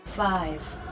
Five